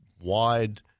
wide